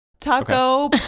Taco